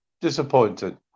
disappointed